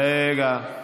רגע.